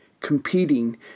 competing